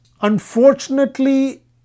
unfortunately